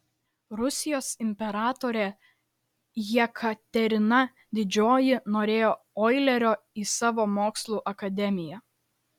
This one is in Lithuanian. rusijos imperatorė jekaterina didžioji norėjo oilerio į savo mokslų akademiją